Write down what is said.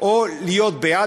או להיות בעד?